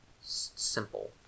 simple